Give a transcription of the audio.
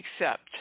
accept